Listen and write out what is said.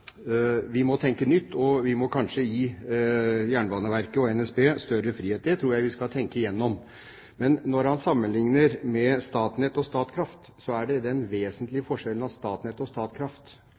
vi må tenke nytt, og vi må kanskje gi Jernbaneverket og NSB større frihet. Det tror jeg vi skal tenke gjennom. Men når han sammenligner med Statnett og Statkraft, er det den vesentlige forskjellen at Statnett og Statkraft